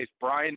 Brian